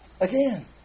again